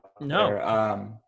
no